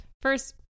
first